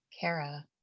Kara